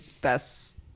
best